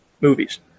movies